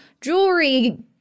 jewelry